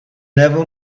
never